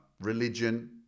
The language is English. religion